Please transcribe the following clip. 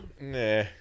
Nah